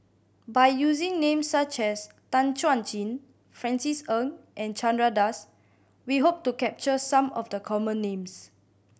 by using names such as Tan Chuan Jin Francis Ng and Chandra Das we hope to capture some of the common names